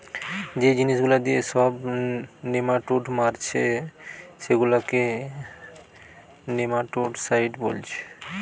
যে জিনিস গুলা দিয়ে সব নেমাটোড মারছে সেগুলাকে নেমাটোডসাইড বোলছে